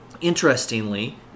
Interestingly